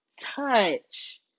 touch